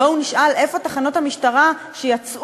בואו נשאל איפה תחנות המשטרה שיצאו